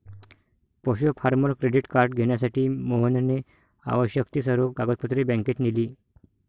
पशु farmer credit card घेण्यासाठी मोहनने आवश्यक ती सर्व कागदपत्रे बँकेत नेली